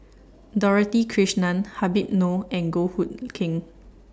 Dorothy Krishnan Habib Noh and Goh Hood Keng